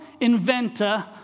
inventor